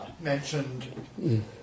mentioned